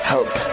Help